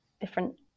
different